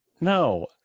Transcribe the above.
No